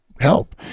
help